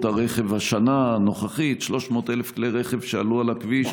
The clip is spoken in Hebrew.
הרכב השנה הנוכחית: 300,000 כלי הרכב שעלו על הכביש,